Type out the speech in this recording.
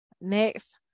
next